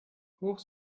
hoch